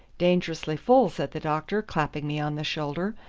dangerously full, said the doctor, clapping me on the shoulder.